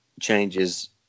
changes